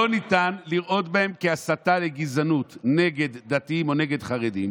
לא ניתן לראות בהם כהסתה לגזענות נגד דתיים או נגד חרדים,